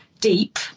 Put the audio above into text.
deep